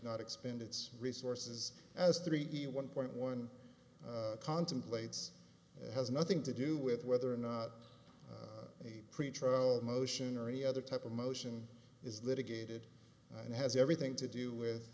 not expand its resources as three d one point one contemplates has nothing to do with whether or not a pretrial motion or any other type of motion is litigated and has everything to do with